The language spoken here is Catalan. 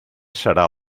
serà